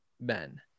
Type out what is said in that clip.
Ben